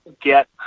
get